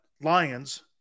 Lions